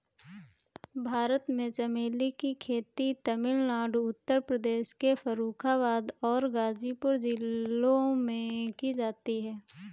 भारत में चमेली की खेती तमिलनाडु उत्तर प्रदेश के फर्रुखाबाद और गाजीपुर जिलों में की जाती है